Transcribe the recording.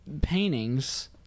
paintings